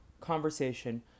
conversation